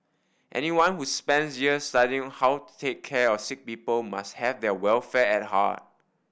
anyone who spends years studying how to take care of sick people must have their welfare at heart